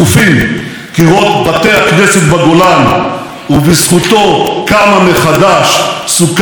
הכנסת בגולן ובזכותו קמה מחדש סוכת דוד הנופלת.